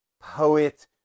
poet